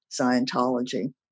Scientology